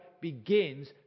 begins